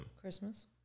Christmas